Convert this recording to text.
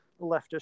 leftist